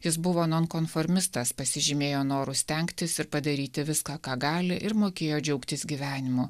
jis buvo nonkonformistas pasižymėjo noru stengtis ir padaryti viską ką gali ir mokėjo džiaugtis gyvenimu